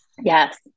Yes